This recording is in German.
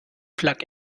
plug